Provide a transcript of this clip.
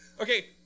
okay